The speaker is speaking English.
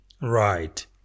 Right